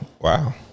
Wow